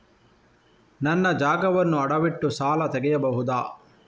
ನನ್ನ ಜಾಗವನ್ನು ಅಡವಿಟ್ಟು ಸಾಲ ತೆಗೆಯಬಹುದ?